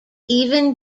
even